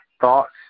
Thoughts